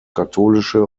katholische